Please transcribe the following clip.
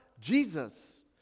jesus